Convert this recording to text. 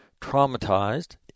traumatized